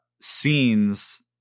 Scenes